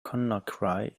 conakry